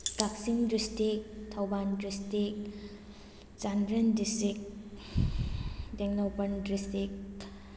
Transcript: Kakching district Thoubal district Chandel district Tengnoupal district